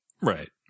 Right